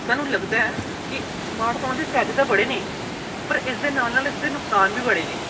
ਮੈਨੂੰ ਲੱਗਦਾ ਕਿ ਸਮਾਰਟ ਫੋਨ ਦੇ ਫ਼ਾਇਦੇ ਤਾਂ ਬੜੇ ਨੇ ਪਰ ਇਸ ਦੇ ਨਾਲ ਨਾਲ ਇਸ ਦੇ ਨੁਕਸਾਨ ਵੀ ਬੜੇ ਨੇ